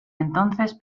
entonces